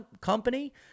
company